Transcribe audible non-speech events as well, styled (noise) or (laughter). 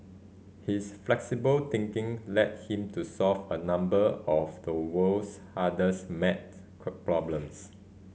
his flexible thinking led him to solve a number of the world's hardest maths (unintelligible) problems